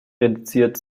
reduziert